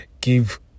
give